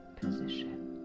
position